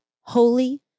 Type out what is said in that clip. holy